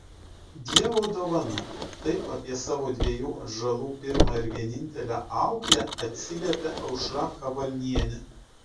dievo dovana taip apie savo dviejų atžalų pirmą ir vienintelę auklę atsiliepia aušra kavalnienė